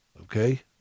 Okay